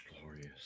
glorious